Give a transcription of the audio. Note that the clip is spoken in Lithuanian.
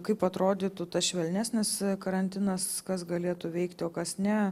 kaip atrodytų tas švelnesnis karantinas kas galėtų veikti o kas ne